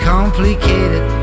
Complicated